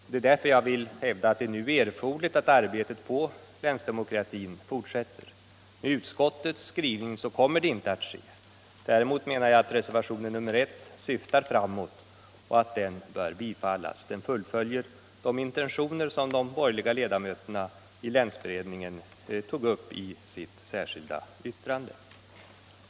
Det är därför jag vill hävda att det nu är erforderligt att arbetet på länsdemokratin fortsätter. Med utskottets skrivning kommer det inte att ske. Däremot menar jag att reservation nr 1 syftar framåt och att den bör bifallas. Den fullföljer de intentioner som de borgerliga ledamöterna i länsberedningen tog upp i sitt särskilda yttrande.